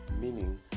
meaning